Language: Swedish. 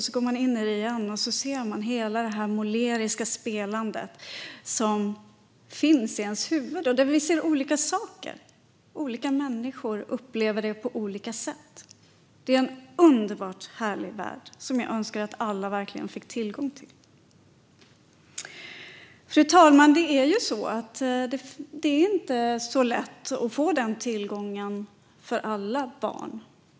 Så går man in i det igen och ser hela det här måleriska spelandet som finns i ens huvud. Vi ser också olika saker. Olika människor upplever det på olika sätt. Det är en underbart härlig värld som jag önskar att alla verkligen fick tillgång till. Fru talman! Det är ju så: Det är inte så lätt att få den tillgången för alla barn.